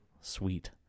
Sweet